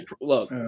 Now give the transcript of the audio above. look